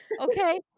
Okay